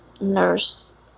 nurse